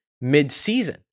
mid-season